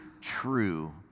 true